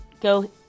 go